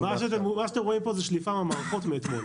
מה שאתם רואים פה נשלף מן המערכות אתמול,